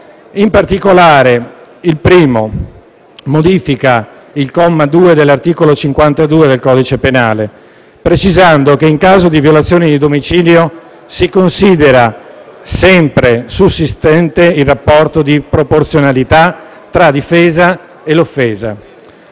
In particolare, l'articolo 1 modifica il comma 2 dell'articolo 52 del codice penale, precisando che in caso di violazione di domicilio si considera sempre sussistente il rapporto di proporzionalità tra difesa e offesa.